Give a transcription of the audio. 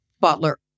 Butler